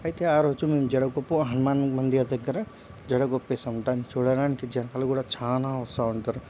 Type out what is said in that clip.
అయితే ఆరోజు మేం జడకొప్పు హన్మాన్ మందిరం దగ్గర జడకొప్పేస్తాంటాం చూడడానికి జనాలు కూడా చానా వస్తూ ఉంటారు